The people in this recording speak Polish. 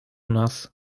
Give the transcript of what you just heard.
nas